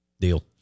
deal